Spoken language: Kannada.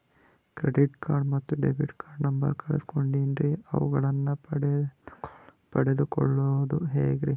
ಕ್ರೆಡಿಟ್ ಕಾರ್ಡ್ ಮತ್ತು ಡೆಬಿಟ್ ಕಾರ್ಡ್ ನಂಬರ್ ಕಳೆದುಕೊಂಡಿನ್ರಿ ಅವುಗಳನ್ನ ಪಡೆದು ಕೊಳ್ಳೋದು ಹೇಗ್ರಿ?